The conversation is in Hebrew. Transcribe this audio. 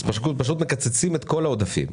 פשוט מקצצים את כל העודפים.